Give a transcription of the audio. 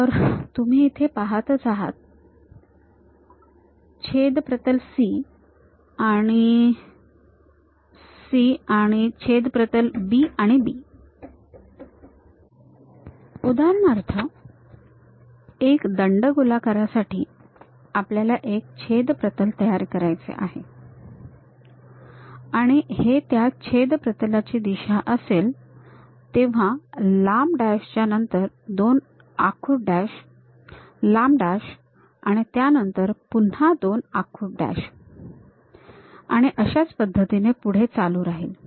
तर तुम्ही इथे पाहताच आहात छेद प्रतल C आणि C आणि छेद प्रतल B आणि B उदाहरणार्थ एका दंडगोलाकारासाठी आपल्याला एक छेद प्रतल तयार करायचे आहे आणि हे त्या छेद प्रतलाची दिशा असेल तेव्हा लांब डॅश च्या नंतर दोन आखूड डॅश लांब डॅश आणि त्यानंतर पुन्हा दोन आखूड डॅश आणि अशाच पद्धतीने पुढे चालू राहील